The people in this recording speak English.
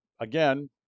again